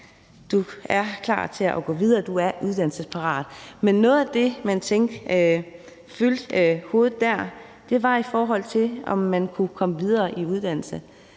du er klar til at gå videre; du er uddannelsesparat. Men noget af det, man tænkte der fyldte i hans hovede der, var, om han kunne komme videre i uddannelse.